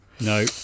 No